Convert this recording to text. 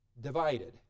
divided